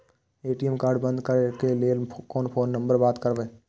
ATM card बंद करे के लेल कोन नंबर पर बात करबे?